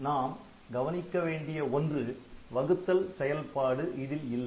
நாம் கவனிக்க வேண்டிய ஒன்று வகுத்தல் செயல்பாடு இதில் இல்லை